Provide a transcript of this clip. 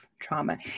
trauma